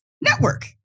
network